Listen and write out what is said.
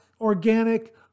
organic